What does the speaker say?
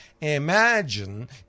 Imagine